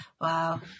Wow